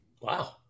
Wow